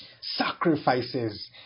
sacrifices